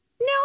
No